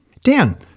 Dan